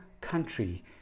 country